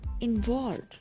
involved